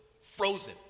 Frozen